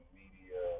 media